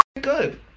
good